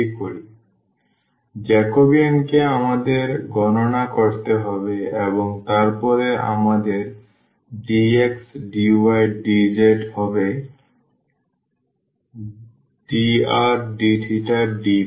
সুতরাং জ্যাকোবিয়ান কে আমাদের গণনা করতে হবে এবং তারপরে আমাদের dx dy dz হয়ে যাবে drdθdϕ